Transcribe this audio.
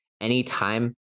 Anytime